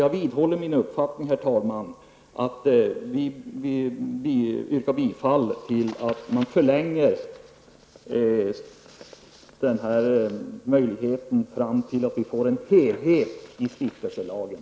Jag vidhåller min uppfattning och yrkar bifall till utskottets hemställan om en förlängning i fråga om detta fram till dess att vi får en helhet i stiftelselagen.